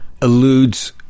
alludes